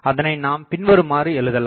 அதனை நாம் பின்வருமாறு எழுதலாம்